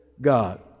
God